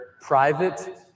private